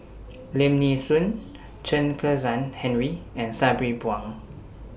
Lim Nee Soon Chen Kezhan Henri and Sabri Buang